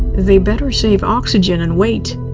they better save oxygen and wait.